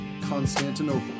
Constantinople